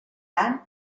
cant